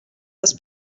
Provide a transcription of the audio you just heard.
les